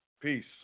Peace